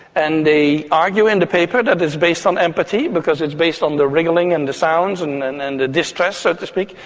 and they argue in the paper that it's based on empathy because it's based on the wriggling and the sounds and and and the distress, so to speak,